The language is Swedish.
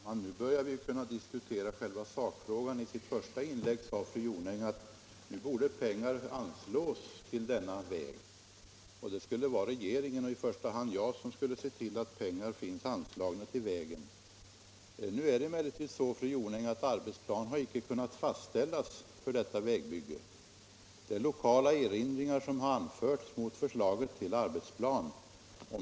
Herr talman! Nu börjar vi kunna diskutera själva sakfrågan. I sitt första inlägg sade fru Jonäng att nu borde pengar anslås till denna väg. Och det var regeringen och i första hand jag som skulle se till att pengarna anslogs. Nu är det emellertid så, fru Jonäng, att arbetsplanen inte har kunnat fastställas för detta vägbygge på grund av lokala erinringar som anförts mot förslaget till arbetsplan.